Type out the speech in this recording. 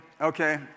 okay